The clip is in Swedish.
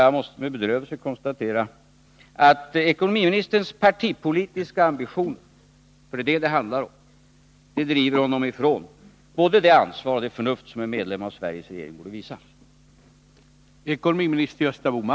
Jag måste med bedrövelse konstatera att ekonomiministerns partipolitiska ambitioner — för det är det som det handlar om — driver honom ifrån både det ansvar och det förnuft som en medlem av Sveriges regering borde visa.